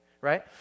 right